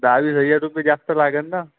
दहावीस हजार रुपये जास्त लागेल ना